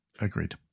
Agreed